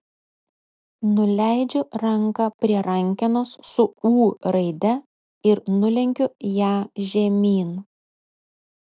nuleidžiu ranką prie rankenos su ū raide ir nulenkiu ją žemyn